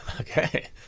Okay